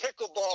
pickleball